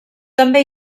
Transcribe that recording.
també